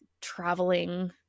traveling